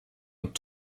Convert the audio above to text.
und